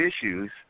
issues